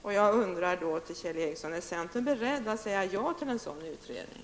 Är centern, Kjell Ericsson, beredd att säga ja till en sådan utredning?